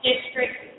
District